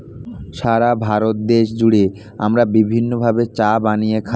সারা ভারত দেশ জুড়ে আমরা বিভিন্ন ভাবে চা বানিয়ে খাই